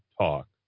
talk